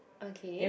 okay